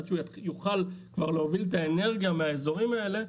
יוכל כבר להוביל את האנרגיה מהאזורים האלה,